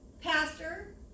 Pastor